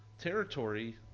territory